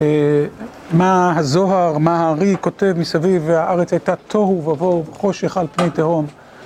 מה הזוהר, מה הארי כותב מסביב הארץ הייתה תוהו ובוהו, חושך על פני תהום